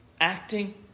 acting